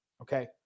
okay